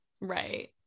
Right